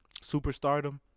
superstardom